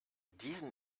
diesen